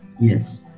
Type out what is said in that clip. Yes